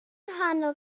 nghanol